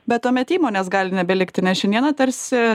bet tuomet įmonės gali nebelikti nes šiandieną tarsi